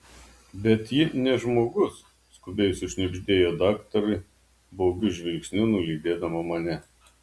bet ji ne žmogus skubiai sušnibždėjo daktarui baugiu žvilgsniu nulydėdama mane